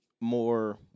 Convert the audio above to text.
more